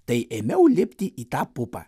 tai ėmiau lipti į tą pupą